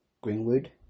Greenwood